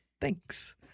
Thanks